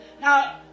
Now